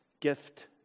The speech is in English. Gift